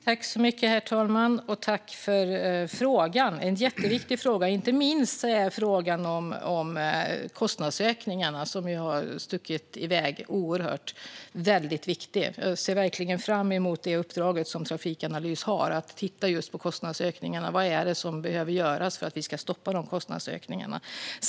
Herr talman! Tack för frågan! Det är en jätteviktig fråga. Det gäller inte minst kostnadsökningarna, som har stuckit i väg oerhört. Det är väldigt viktigt. Jag ser verkligen fram mot det uppdrag som Trafikanalys har att titta på just kostnadsökningarna. Vad är det som behöver göras för att stoppa de kostnadsökningarna?